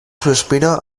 suspiro